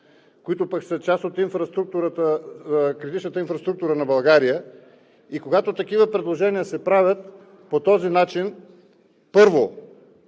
които пък са част от критичната инфраструктура на България. И когато такива предложения се правят по този начин, първо,